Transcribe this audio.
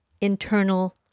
internal